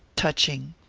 touching.